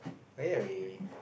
oh ya we we